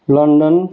London